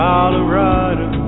Colorado